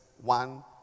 One